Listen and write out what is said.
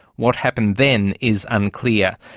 what happened then is unclear.